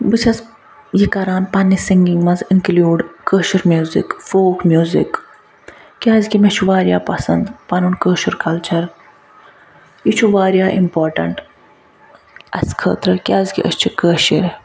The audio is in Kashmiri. بہٕ چھَس یہِ کَران پنٛنہِ سِنٛگِنٛگ منٛز include Koshur music folk music کیٛازکہِ مےٚ چھُ وارِیاہ پسنٛد پنُن کٲشٕر کلچر یہِ چھُ وارِیاہ اِمپاٹنٛٹ اَسہِ خٲطٕر کیٛازکہِ أسۍ چھِ کٲشٕرۍ